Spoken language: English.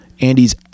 Andy's